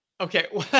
Okay